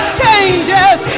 changes